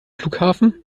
flughafen